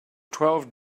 twelve